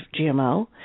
GMO